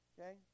Okay